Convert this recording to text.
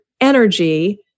energy